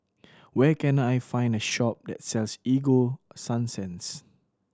where can I find a shop that sells Ego Sunsense